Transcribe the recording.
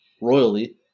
royally